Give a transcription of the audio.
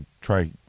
try